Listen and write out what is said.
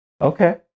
Okay